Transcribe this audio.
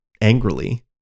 angrily